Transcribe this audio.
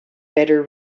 better